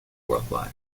worldwide